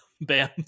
Bam